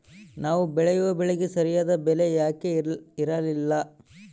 ನಾವು ಬೆಳೆಯುವ ಬೆಳೆಗೆ ಸರಿಯಾದ ಬೆಲೆ ಯಾಕೆ ಇರಲ್ಲಾರಿ?